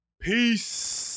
Peace